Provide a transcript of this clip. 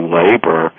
labor